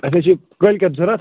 اسہِ حظ چھُ یہِ کٲلکیٚتھ ضروٗرت